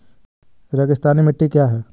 रेगिस्तानी मिट्टी क्या है?